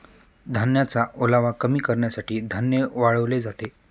धान्याचा ओलावा कमी करण्यासाठी धान्य वाळवले जाते